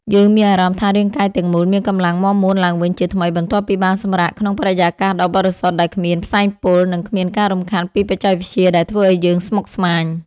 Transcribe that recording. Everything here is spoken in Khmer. យើងមានអារម្មណ៍ថារាងកាយទាំងមូលមានកម្លាំងមាំមួនឡើងវិញជាថ្មីបន្ទាប់ពីបានសម្រាកក្នុងបរិយាកាសដ៏បរិសុទ្ធដែលគ្មានផ្សែងពុល និង គ្មានការរំខានពីបច្ចេកវិទ្យាដែលធ្វើឱ្យយើងស្មុគស្មាញ។